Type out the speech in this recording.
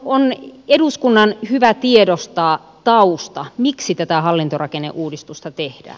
on eduskunnan hyvä tiedostaa tausta miksi tätä hallintorakenneuudistusta tehdään